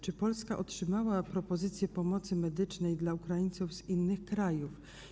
Czy Polska otrzymała propozycję pomocy medycznej dla Ukraińców z innych krajów?